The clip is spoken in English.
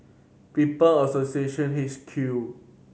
People Association